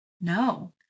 No